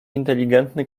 inteligentny